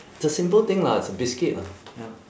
it's a simple thing lah it's a biscuit lah ya